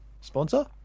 sponsor